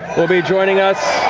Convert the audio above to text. will be joining us.